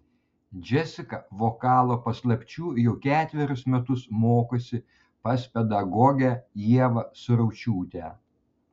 džesika vokalo paslapčių jau ketverius metus mokosi pas pedagogę ievą suraučiūtę